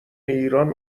ایران